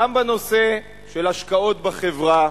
גם בנושא של השקעות בחברה,